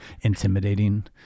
intimidating